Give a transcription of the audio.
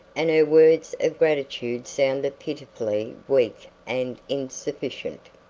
and her words of gratitude sounded pitifully weak and insufficient.